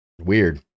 Weird